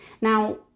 Now